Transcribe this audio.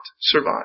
survive